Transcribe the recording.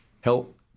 help